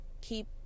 keep